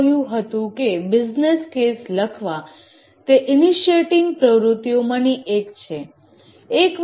આપણે કહ્યું હતું કે બિઝનેસ કેસ લખવા તે ઈનીસીએટીંગ પ્રવૃત્તિઓમાની એક છે